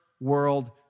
world